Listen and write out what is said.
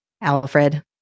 Alfred